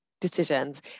Decisions